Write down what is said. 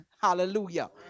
Hallelujah